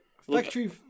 factory